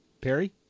Perry